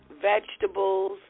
vegetables